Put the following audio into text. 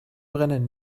brennen